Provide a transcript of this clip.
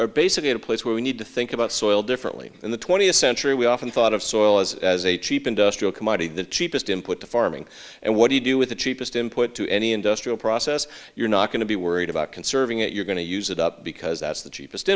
are basically at a place where we need to think about soil differently in the twentieth century we often thought of soil as as a cheap industrial commodity the cheapest input to farming and what do you do with the cheapest input to any industrial process you're not going to be worried about conserving it you're going to use it up because that's the cheapest